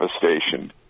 devastation